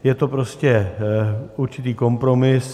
Je to prostě určitý kompromis.